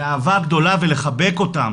באהבה גדולה ולחבק אותם